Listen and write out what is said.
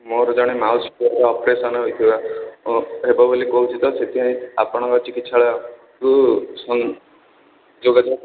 ମୋର ଜଣେ ମାଉସୀ ପୁଅର ଅପରେସନ୍ ହୋଇଥିଲା ଓ ହେବ ବୋଲି କହୁଛି ତ ସେଥିପାଇଁ ଆପଣଙ୍କ ଚିକିତ୍ସାକୁ ମୁଁ ଯୋଗାଯୋଗ